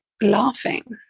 laughing